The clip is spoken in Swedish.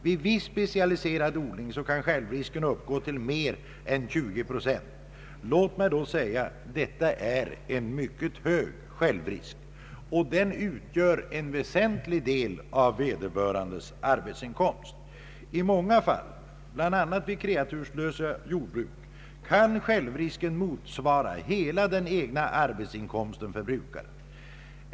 Vid viss specialiserad odling kan självrisken uppgå till mer än 20 procent. Låt mig säga att detta är en mycket hög självrisk, som utgör en väsentlig del av vederbörandes arbetsinkomst. I många fall, bland annat vid kreaturslösa jordbruk, kan självrisken motsvara hela den egna arbetsinkomsten för brukaren.